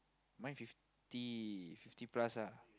mine fifty fifty plus ah